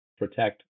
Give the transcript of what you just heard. protect